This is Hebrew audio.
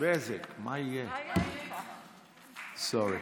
כבוד היושב-ראש,